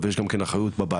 אבל יש גם את האחריות בבית,